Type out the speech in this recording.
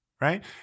right